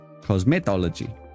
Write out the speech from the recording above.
Cosmetology